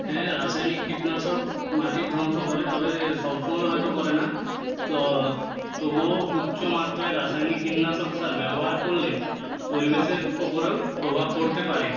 হ্যাঁ রাসায়নিক কীটনাশক মাটির ধ্বংস করে তবে সবসময় হয়তো করে না তো তবুও উচ্চমাত্রায় রাসায়নিক কীটনাশক সার ব্যবহার করলে পরিবেশের ওপরেও প্রভাব পড়তে পারে